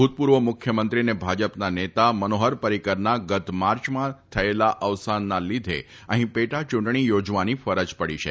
ભૂતપૂર્વ મુખ્યમંત્રી અને ભાજપના નેતા મનોહર પરીકરના ગત માર્ચમાં થયેલા અવસાનના લીધે અહીં પેટાચૂંટણી યોજવાની ફરજ પડી હતી